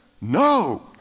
No